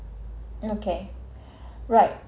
okay right